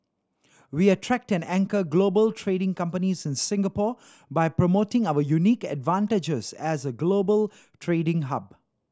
we attract and anchor global trading companies in Singapore by promoting our unique advantages as a global trading hub